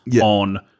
on-